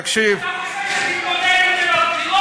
תקשיב, אתה חושב שתתמודד עם זה בבחירות?